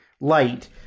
light